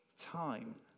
time